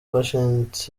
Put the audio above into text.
patient